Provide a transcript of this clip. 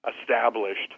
established